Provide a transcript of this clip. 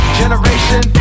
generation